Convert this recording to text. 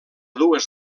dues